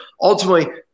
ultimately